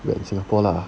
like singapore lah